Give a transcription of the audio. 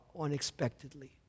unexpectedly